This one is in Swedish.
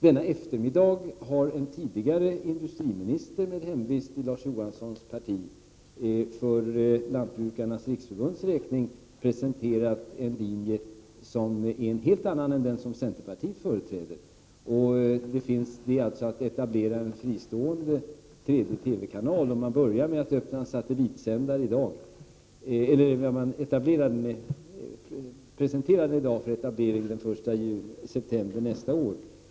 Denna eftermiddag har en tidigare industriminister med hemvist i Larz Johanssons parti för Lantbrukarnas Riksförbunds räkning presenterat en linje som är en helt annan än den som centerpartiet företräder, nämligen att etablera en fristående tredje TV-kanal; man börjar med att i dag presentera en satellitsändare för etablering den 1 september nästa år.